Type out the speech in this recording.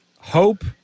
Hope